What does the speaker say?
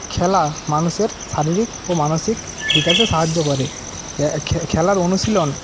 খেলা মানুষের শারীরিক ও মানসিক বিকাশে সাহায্য করে খে খেলার অনুশীলন